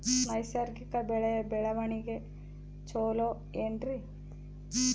ನೈಸರ್ಗಿಕ ಬೆಳೆಯ ಬೆಳವಣಿಗೆ ಚೊಲೊ ಏನ್ರಿ?